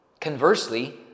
Conversely